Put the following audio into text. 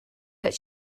that